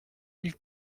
mille